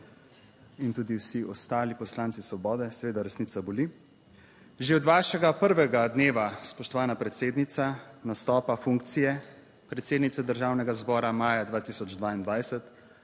in tudi vsi ostali poslanci Svobode - seveda, resnica boli - že od vašega prvega dneva, spoštovana predsednica, nastopa funkcije predsednice Državnega zbora maja 2022